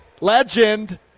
legend